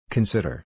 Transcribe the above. Consider